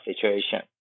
situation